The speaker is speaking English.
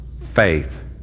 faith